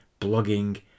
blogging